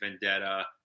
Vendetta